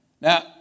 Now